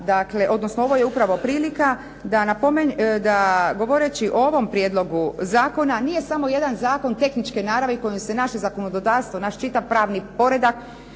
dakle, odnosno ovo je upravo prilika da govoreći o ovom prijedlogu zakona nije samo jedan zakon tehničke naravi kojim se naše zakonodavstvo, naš čitav pravni poredak